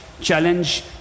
challenge